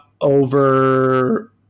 over